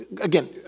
Again